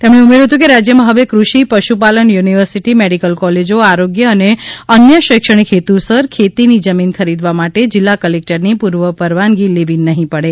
તેમણે ઉમેર્યું હતુંકે રાજ્યમાં હવે કૃષિ પશુપાલન યુનિવર્સિટી મેડીકલ કોલેજો આરોગ્ય કે અન્ય શૈક્ષણિકહેતુસર ખેતીની જમીન ખરીદવા માટે જિલ્લા કલેકટરની પૂર્વ પરવાનગી લેવી નહિં પડે